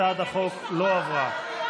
הצעת החוק לא עברה.